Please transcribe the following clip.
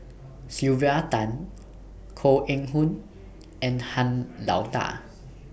Sylvia Tan Koh Eng Hoon and Han Lao DA